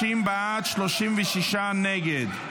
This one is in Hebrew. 60 בעד, 36 נגד.